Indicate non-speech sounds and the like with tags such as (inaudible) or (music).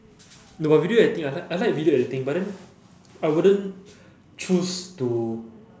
no but video editing I li~ I like video editing but then I wouldn't (breath) choose to